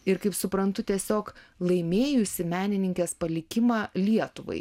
ir kaip suprantu tiesiog laimėjusi menininkės palikimą lietuvai